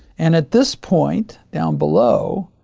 and at this point, down below,